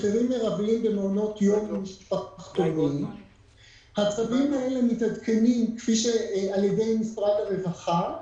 מחירים --- הצווים האלה מתעדכנים על-ידי משרד הרווחה,